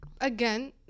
again